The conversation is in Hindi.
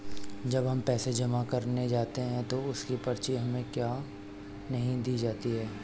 जब हम पैसे जमा करने जाते हैं तो उसकी पर्ची हमें क्यो नहीं दी जाती है?